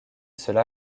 cela